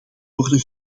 worden